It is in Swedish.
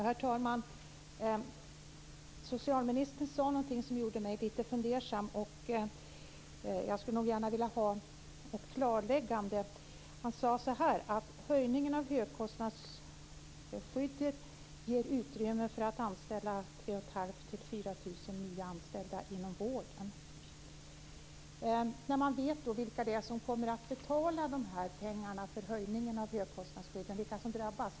Herr talman! Socialministern sade någonting som gjorde mig lite fundersam. Jag skulle gärna vilja ha ett klarläggande. Han sade att höjningen av högkostnadsskyddet ger utrymme för att nyanställa 3 500 Man vet ju vilka det är som kommer att få betala för höjningen av högkostnadsskyddet, vilka som drabbas.